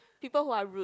people who are rude